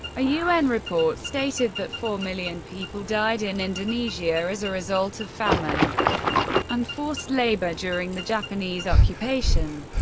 a un report stated that four million people died in indonesia as a result of famine and forced labour during the japanese occupation.